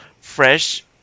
fresh